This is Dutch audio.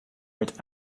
werd